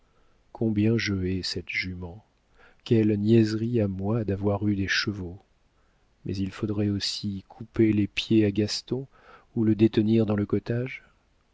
combien je hais cette jument quelle niaiserie à moi d'avoir eu des chevaux mais il faudrait aussi couper les pieds à gaston ou le détenir dans le cottage